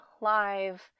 Live